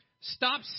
Stop